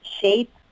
shape